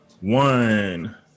one